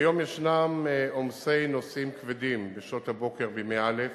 כיום ישנם עומסי נוסעים כבדים בשעות הבוקר בימי א',